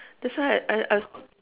that's why I I